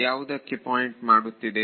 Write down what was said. ಯಾವುದಕ್ಕೆ ಪಾಯಿಂಟ್ ಮಾಡುತ್ತಿದೆ